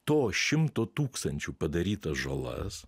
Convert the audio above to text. to šimto tūkstančių padarytas žalas